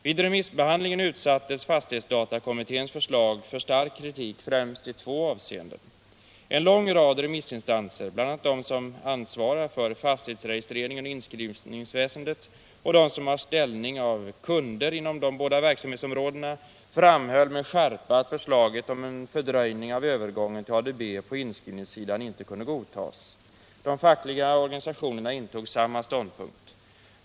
Vid remissbehandlingen utsattes fastighetskommitténs förslag för stark kritik främst i två hänseenden. En lång rad remissinstanser, bl.a. de som ansvarar för fastighetsregistreringen och inskrivningsväsendet och de som har ställning av kunder inom de båda: verksamhetsområdena, framhöll med skärpa att förslaget om en fördröjning av övergången till ADB på inskrivningssidan inte kunde godtas. De fackliga organisationerna intog samma ståndpunkt.